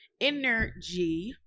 energy